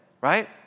right